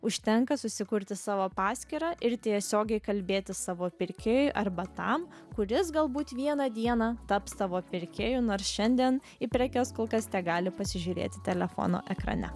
užtenka susikurti savo paskyrą ir tiesiogiai kalbėti savo pirkėjui arba tam kuris galbūt vieną dieną taps tavo pirkėju nors šiandien į prekes kol kas tegali pasižiūrėti telefono ekrane